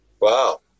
Wow